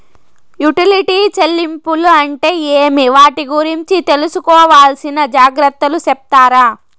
Utility చెల్లింపులు అంటే ఏమి? వాటి గురించి తీసుకోవాల్సిన జాగ్రత్తలు సెప్తారా?